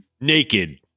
naked